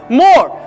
more